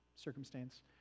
circumstance